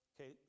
Okay